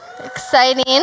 Exciting